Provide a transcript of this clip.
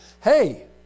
Hey